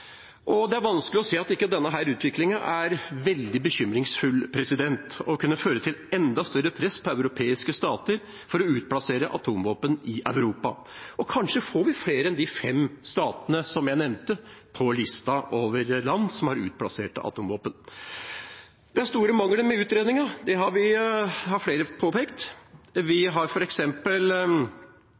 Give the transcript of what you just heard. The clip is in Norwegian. sammen. Det er vanskelig å se at ikke denne utviklingen er veldig bekymringsfull og vil kunne føre til enda større press på europeiske stater for å utplassere atomvåpen i Europa. Kanskje får vi flere enn de fem statene jeg nevnte, på lista over land som har utplassert atomvåpen. Det er store mangler ved utredningen. Det har flere påpekt. Vi har